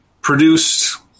produced